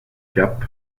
cap